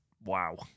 wow